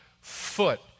foot